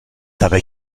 dabei